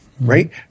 right